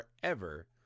forever